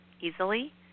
easily